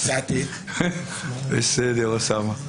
בסדר אוסאמה.